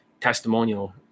testimonial